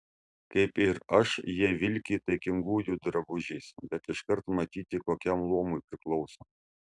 kaip ir aš jie vilki taikingųjų drabužiais bet iškart matyti kokiam luomui priklauso